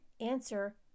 answer